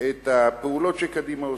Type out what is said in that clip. את הפעולות שקדימה עושה.